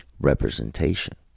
representation